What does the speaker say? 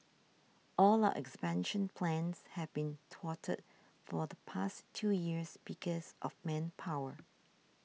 all our expansion plans have been thwarted for the past two years because of manpower